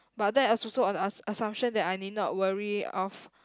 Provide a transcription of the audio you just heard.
but that also ass~ the assumption that I need not worry of